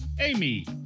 Amy